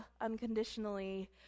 unconditionally